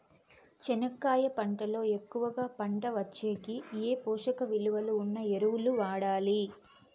చెనక్కాయ పంట లో ఎక్కువగా పంట వచ్చేకి ఏ పోషక విలువలు ఉన్న ఎరువులు వాడాలి?